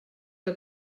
que